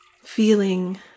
Feeling